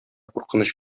куркыныч